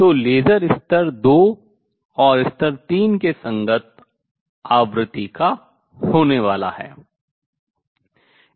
तो लेसर स्तर 2 और स्तर 3 के संगत आवृत्ति का होने वाला है